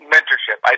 mentorship